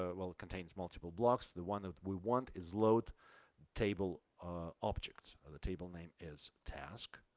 ah well it contains multiple blocks, the one that we want is load table objects. ah the table name is task.